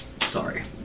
Sorry